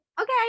okay